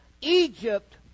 Egypt